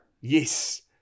Yes